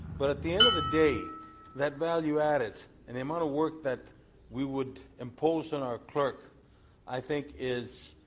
but at the end of the day that value added and the amount of work that we would impose on our clerk i think is